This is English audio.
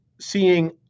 seeing